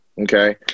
Okay